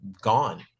gone